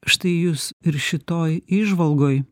štai jūs ir šitoj įžvalgoj